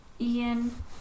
Ian